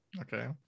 Okay